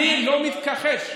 אני לא מתכחש,